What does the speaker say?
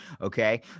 okay